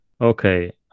okay